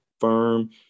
firm